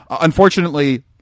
unfortunately